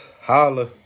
Holla